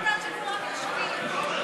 אדוני היושב-ראש,